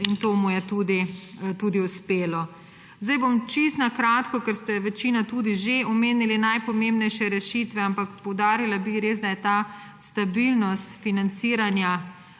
in to mu je tudi uspelo. Zdaj bom čisto na kratko, ker ste večina tudi že omenili najpomembnejše rešitve, ampak poudarila bi res, da je ta stabilnost financiranja,